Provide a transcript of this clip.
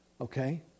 okay